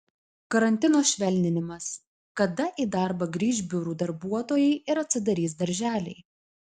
karantino švelninimas kada į darbą grįš biurų darbuotojai ir atsidarys darželiai